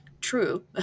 true